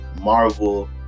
Marvel